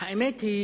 האמת היא